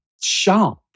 sharp